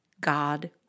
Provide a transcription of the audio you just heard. God